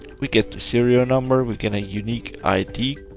we get the serial number. we get a unique id